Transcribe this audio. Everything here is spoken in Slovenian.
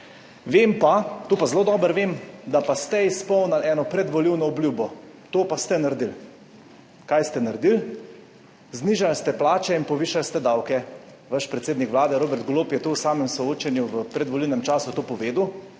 Vem pa, to pa zelo dobro vem, da pa ste izpolnili eno predvolilno obljubo, to pa ste naredili. Kaj ste naredili? Znižali ste plače in povišali ste davke. Vaš predsednik Vlade Robert Golob je to v samem soočenju v predvolilnem času povedal